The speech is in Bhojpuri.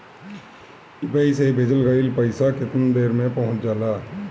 यू.पी.आई से भेजल गईल पईसा कितना देर में पहुंच जाला?